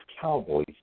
Cowboys